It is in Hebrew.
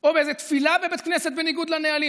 או באיזו תפילה בבית כנסת בניגוד לנהלים,